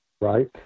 Right